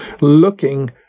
looking